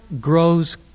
grows